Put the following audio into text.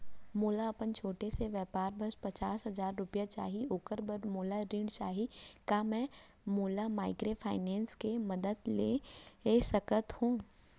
मोला अपन छोटे से व्यापार बर पचास हजार रुपिया चाही ओखर बर मोला ऋण चाही का मैं ओला माइक्रोफाइनेंस के मदद से ले सकत हो?